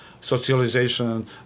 socialization